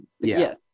Yes